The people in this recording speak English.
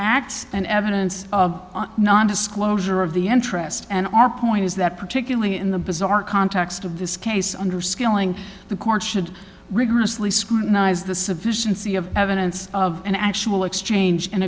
acts and evidence of non disclosure of the interest and our point is that particularly in the bizarre context of this case under skilling the court should rigorously scrutinize the sufficiency of evidence of an actual exchange in